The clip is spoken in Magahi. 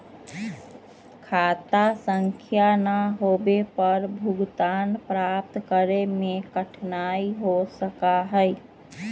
खाता संख्या ना होवे पर भुगतान प्राप्त करे में कठिनाई हो सका हई